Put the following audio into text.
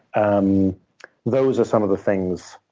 um those are some of the things